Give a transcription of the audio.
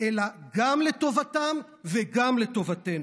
אלא גם לטובתם וגם לטובתנו.